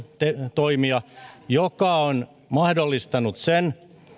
toimia mikä on mahdollistanut sen